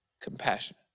compassion